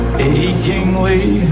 achingly